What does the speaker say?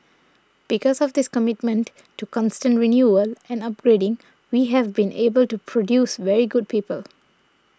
because of this commitment to constant renewal and upgrading we have been able to produce very good people